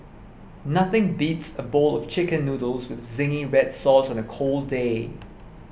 nothing beats a bowl of Chicken Noodles with Zingy Red Sauce on a cold day